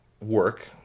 work